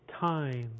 time